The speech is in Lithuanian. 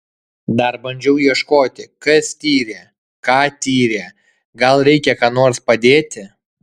dar bandžiau ieškoti kas tyrė ką tyrė gal reikia ką nors padėti